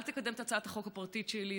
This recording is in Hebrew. אל תקדם את הצעת החוק הפרטית שלי,